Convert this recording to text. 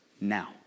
now